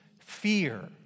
Fear